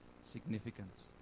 significance